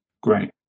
Great